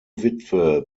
witwe